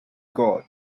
god